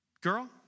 girl